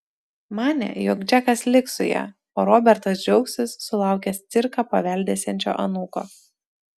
manė jog džekas liks su ja o robertas džiaugsis sulaukęs cirką paveldėsiančio anūko